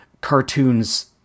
cartoons